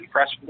Press